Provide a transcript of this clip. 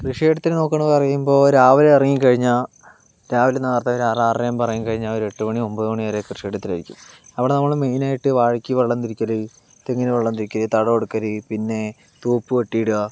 കൃഷിയിടത്തിൽ നോക്കുകയാണെന്ന് പറയുമ്പോൾ രാവിലെ ഇറങ്ങിക്കഴിഞ്ഞാൽ രാവിലെ നേരത്തെ ഒരു ആറ് ആറര ആകുമ്പോൾ ഇറങ്ങിക്കഴിഞ്ഞാൽ ഒരു എട്ട് മണി ഒമ്പത് മണി വരെ കൃഷിയിടത്തിലായിരിക്കും അവിടെ നമ്മൾ മെയ്നായിട്ട് വാഴയ്ക്ക് വെള്ളം തിരിക്കൽ തെങ്ങിനു വെള്ളം തിരിക്കൽ തടമെടുക്കൽ പിന്നെ തൂപ്പ് വെട്ടിയിടുക